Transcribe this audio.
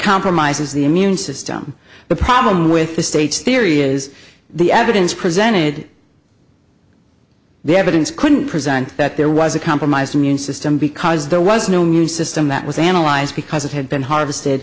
compromises the immune system the problem with the state's theory is the evidence presented the evidence couldn't present that there was a compromised immune system because there was no new system that was analyzed because it had been harvest